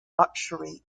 luxury